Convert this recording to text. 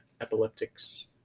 epileptics